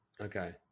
Okay